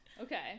Okay